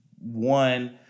one